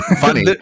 funny